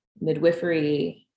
midwifery